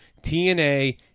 TNA